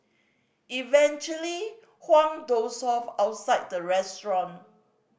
eventually Huang dozed off outside the restaurant